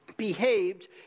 behaved